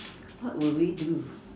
what would we do